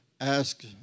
ask